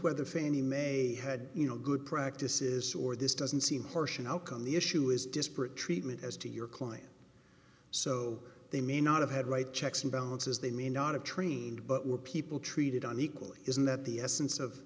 whether fannie mae had you know good practices or this doesn't seem harsh and how come the issue is disparate treatment as to your client so they may not have had right checks and balances they may not have trained but were people treated unequally isn't that the essence of